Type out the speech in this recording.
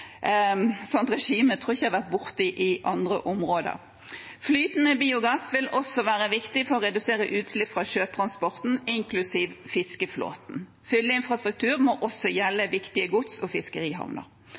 tror jeg ikke at jeg har vært borti på andre områder. Flytende biogass vil også være viktig for å redusere utslipp fra sjøtransporten, inklusiv fiskeflåten. Fylleinfrastrukturen må også